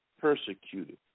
persecuted